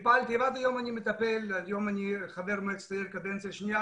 היום אני חבר מועצת העיר בקדנציה השנייה